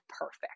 perfect